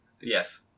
Yes